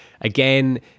again